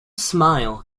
smile